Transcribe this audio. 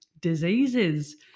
diseases